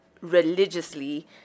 religiously